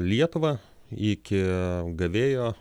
lietuvą iki gavėjo